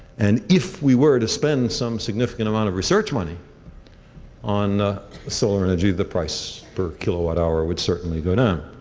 and if we were to spend some significant amount of research money on solar energy the price per kilowatt hour would certainly go down.